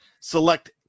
select